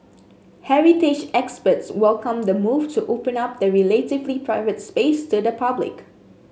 heritage experts welcomed the move to open up the relatively private space to the public